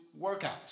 workouts